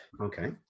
Okay